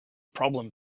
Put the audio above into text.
problem